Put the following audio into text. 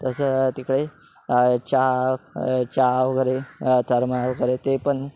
तसं तिकडे चा चा वगैरे थर्मा वगैरे ते पण